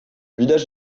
village